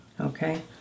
okay